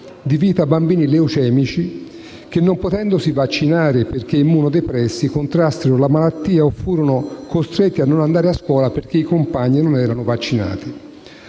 di vita bambini leucemici che, non potendosi vaccinare perché immunodepressi, contrassero la malattia o furono costretti a non andare a scuola perché i compagni non erano vaccinati.